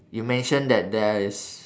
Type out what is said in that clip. you mention that there is